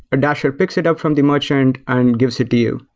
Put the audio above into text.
a dasher picks it up from the merchant and gives it to you.